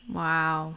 wow